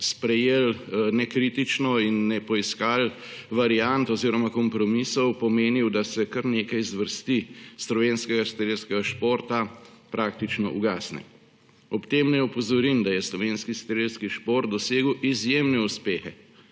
sprejeli nekritično in ne bi poiskali variante oziroma kompromisov, pomenil, da kar nekaj zvrsti slovenskega strelskega športa praktično ugasne. Ob tem naj opozorim, da je slovenski strelski šport dosegel izjemne uspehe